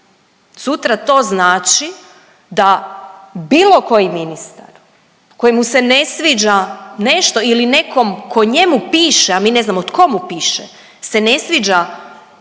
Sutra to znači da bilo koji ministar kojemu se ne sviđa nešto ili nekom tko njemu piše, a mi ne znamo tko mu piše se ne sviđa nešto